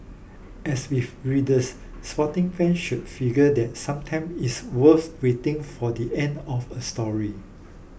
as with readers sporting fans should figure that sometime it's worth waiting for the end of a story